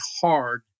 hard